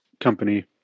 company